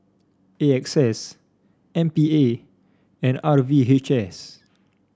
A X S M P A and R V H S